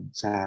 sa